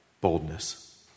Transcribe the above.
boldness